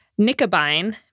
nicobine